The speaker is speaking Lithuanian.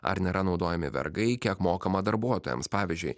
ar nėra naudojami vergai kiek mokama darbuotojams pavyzdžiui